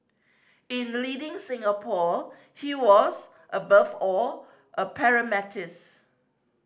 in leading Singapore he was above all a